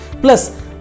Plus